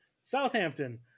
Southampton